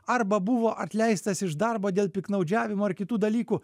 arba buvo atleistas iš darbo dėl piktnaudžiavimo ar kitų dalykų